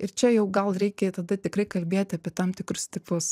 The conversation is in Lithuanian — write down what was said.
ir čia jau gal reikia tada tikrai kalbėti apie tam tikrus tipus